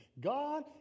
God